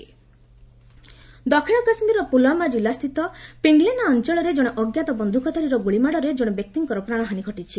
J and K gunman ଦକ୍ଷିଣ କାଶ୍ମୀରର ପୁଲଓ୍ୱାମା ଜିଲ୍ଲା ସ୍ଥିତ ପିଙ୍ଗଲେନା ଆଞ୍ଚଳରେ ଜଣେ ଅଜ୍ଞାତ ବନ୍ଧୁକଧାରୀର ଗୁଳିମାଡରେ ଜଣେ ବ୍ୟକ୍ତିଙ୍କର ପ୍ରାଣହାନୀ ଘଟିଛି